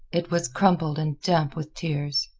it was crumpled and damp with tears.